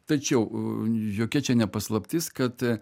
tačiau jokia čia ne paslaptis kad